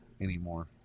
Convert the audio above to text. anymore